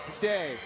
today